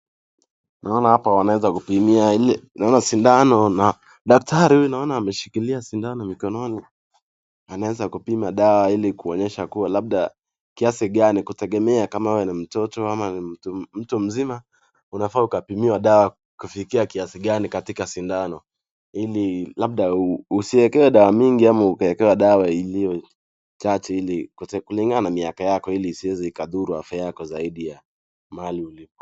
Naona hapa wanaweza kupimia naona sindano na daktari huyu naona ameshikilia sindano mikononi. Anaweza kupima dawa ili kuonyesha kuwa labda kiasi gani kutegemea kama wewe ni mtoto ama ni mtu mzima unafaa ukapimiwe dawa kufikia kiasi gani katika sindano. Ili labda usiwekewe dawa mingi ama ukawekewa dawa iliyo chache ili kulingana na miaka yako ili isiweze ikadhuru afya yako zaidi ya mahali ulipo.